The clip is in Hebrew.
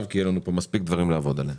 כי יהיו לנו פה מספיק דברים לעבוד עליהם.